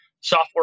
Software